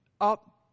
up